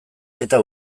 eta